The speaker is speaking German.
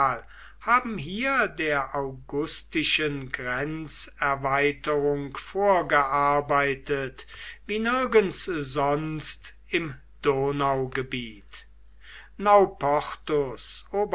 haben hier der augustischen grenzerweiterung vorgearbeitet wie nirgends sonst im donaugebiet nauportus